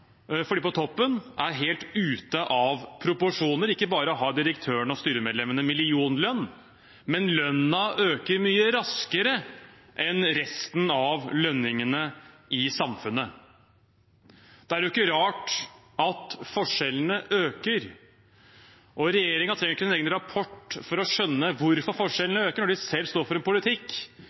for dem på toppen er helt ute av proporsjoner. Ikke bare har direktørene og styremedlemmene millionlønn, men lønnen øker mye raskere enn resten av lønningene i samfunnet. Da er det ikke rart at forskjellene øker. Regjeringen trenger ikke en egen rapport for å skjønne hvorfor forskjellene øker når den selv står for en politikk